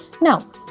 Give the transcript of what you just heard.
Now